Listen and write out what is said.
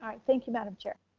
um thank you madam chair.